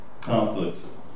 conflicts